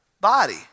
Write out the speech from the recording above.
body